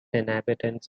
inhabitants